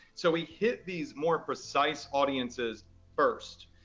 so we hit these more precise audiences first,